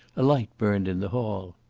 a light burned in the hall.